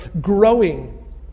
growing